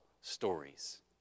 stories